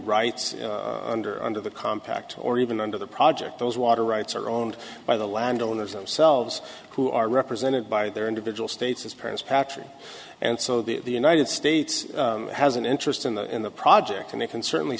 rights under under the compact or even under the project those water rights are owned by the landowners themselves who are represented by their individual states as parents patrick and so the united states has an interest in the in the project and they can certainly